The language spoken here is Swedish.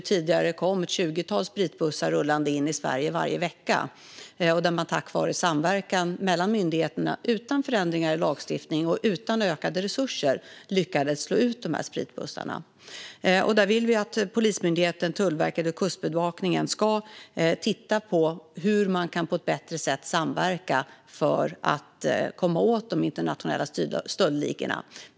Tidigare kom ett tjugotal spritbussar rullande in i Sverige varje vecka. Men tack vare samverkan mellan myndigheterna, utan förändringar i lagstiftningen och utan ökade resurser, lyckades de slå ut spritbussarna. Vi vill att Polismyndigheten, Tullverket och Kustbevakningen ska titta på hur de på ett bättre sätt kan samverka för att komma åt de internationella stöldligorna.